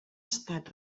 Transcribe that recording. estat